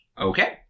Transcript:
Okay